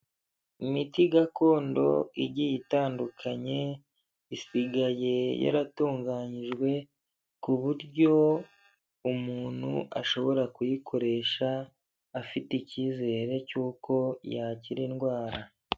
Imiti gakondo igiye itandukanye, isigaye yaratunganyijwe ku buryo umuntu ashobora kuyikoresha, afite icyizere cy'uko yakira indwara.